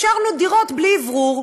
אפשרנו דירות בלי אוורור,